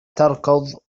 تركض